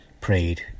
prayed